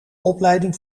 opleiding